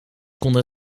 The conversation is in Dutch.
konden